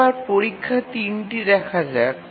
এবার পরীক্ষা ৩ টি দেখা যাক